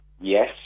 yes